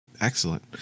Excellent